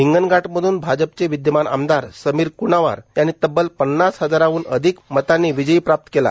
हिंगणघाटमधून भाजपाचे विदयमान आमदार समीर क्णावार यांनी तब्बल पन्नास हजारांहन अधिक मतांनी विजय प्राप्त केला